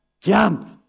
jump